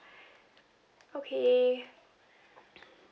okay